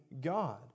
God